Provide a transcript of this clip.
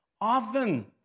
often